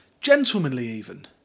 gentlemanly—even